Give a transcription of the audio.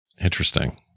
Interesting